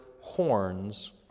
horns